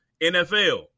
NFL